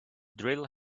drill